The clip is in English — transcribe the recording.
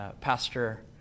Pastor